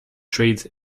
trade